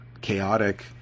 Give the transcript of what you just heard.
chaotic